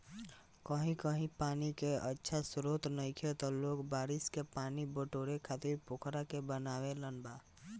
कही कही पानी के अच्छा स्त्रोत नइखे त लोग बारिश के पानी के बटोरे खातिर पोखरा के बनवले बा